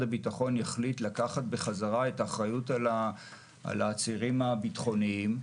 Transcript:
הביטחון יחליט לקחת בחזרה את האחריות על העצירים הביטחוניים ,